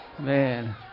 Man